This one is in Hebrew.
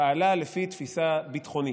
פעלה לפי תפיסה ביטחונית,